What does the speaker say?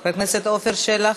חבר הכנסת עפר שלח,